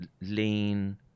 lean